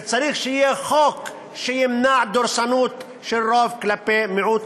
וצריך שיהיה חוק שימנע דורסנות של הרוב כלפי מיעוט.